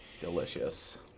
Delicious